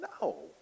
No